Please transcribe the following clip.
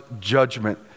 judgment